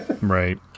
Right